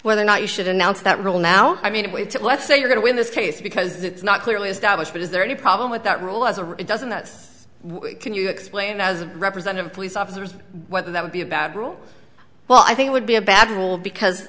whether or not you should announce that rule now i mean we have to let's say we're going to win this case because it's not clearly established but is there any problem with that rule as a it doesn't that can you explain as a representative of police officers whether that would be a bad rule well i think would be a bad rule because